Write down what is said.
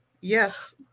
Yes